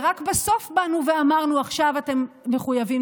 רק בסוף באנו ואמרנו: עכשיו אתם מחויבים,